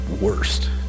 worst